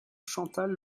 chantal